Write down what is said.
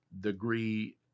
degree